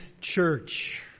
church